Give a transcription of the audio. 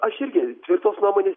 aš irgi tvirtos nuomonės